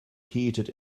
heated